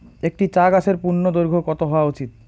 একটি চা গাছের পূর্ণদৈর্ঘ্য কত হওয়া উচিৎ?